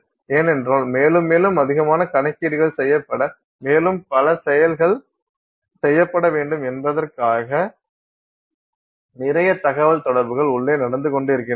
ஏனென்றால் மேலும் மேலும் அதிகமான கணக்கீடுகள் செய்யப்பட மேலும் பல செயல்கள் செய்யப்பட வேண்டும் என்பதற்காக நிறைய தகவல்தொடர்புகள் உள்ளே நடந்து கொண்டிருக்கின்றன